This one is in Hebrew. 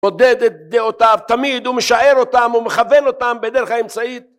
מודד את דעותיו תמיד הוא משער אותם ומכוון אותם בדרך האמצעית